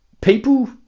People